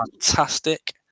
fantastic